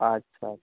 আচ্ছা আচ্ছা